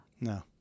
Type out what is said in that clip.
No